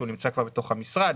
שהוא נמצא כבר בתוך המשרד,